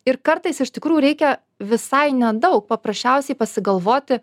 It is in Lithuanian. ir kartais iš tikrųjų reikia visai nedaug paprasčiausiai pasigalvoti